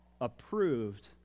approved